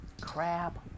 crab